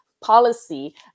policy